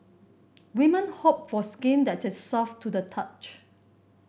women hope for skin that is soft to the touch